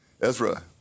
Ezra